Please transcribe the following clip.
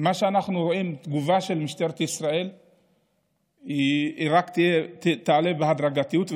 מה שאנחנו רואים הוא שהתגובה של משטרת ישראל רק תעלה בהדרגתיות,